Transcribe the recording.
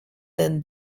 than